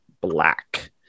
Black